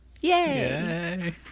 Yay